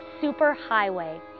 superhighway